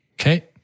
Okay